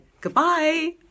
Goodbye